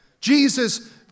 Jesus